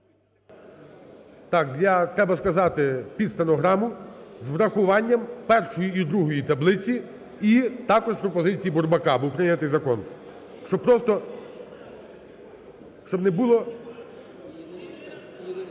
для… треба сказати під стенограму з урахуванням першої і другої таблиці і також пропозиції Бурбака був прийнятий закон. Щоб просто… Щоб не було…